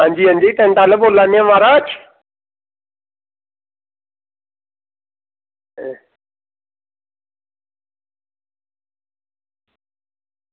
अंजी अंजी टैंट आह्ले बोल्ला करने म्हाराज